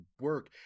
work